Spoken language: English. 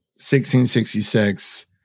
1666